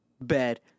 bed